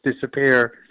disappear